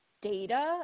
data